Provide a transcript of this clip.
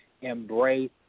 embrace